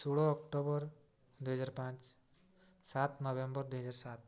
ଷୋହଳ ଅକ୍ଟୋବର୍ ଦୁଇ ହଜାର ପାଞ୍ଚ ସାତ ନଭେମ୍ବର୍ ଦୁଇ ହଜାର ସାତ